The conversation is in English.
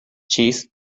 cheese